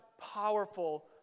powerful